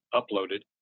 uploaded